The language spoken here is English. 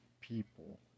people